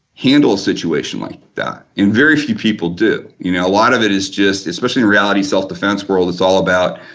handle a situation like that, and very few people do. you know a lot of it is just, especially in reality self-defense world it's all about,